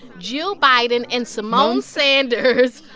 jill biden and symone sanders,